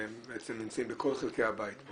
הם נמצאים בכל חלקי הבית.